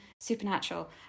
Supernatural